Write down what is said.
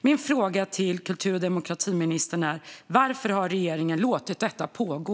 Min fråga till kultur och demokratiministern är: Varför har regeringen låtit detta pågå?